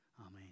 Amen